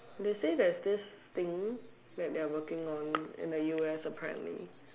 they say there's this thing that they're working on in the us apparently